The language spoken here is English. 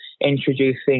introducing